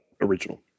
original